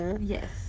Yes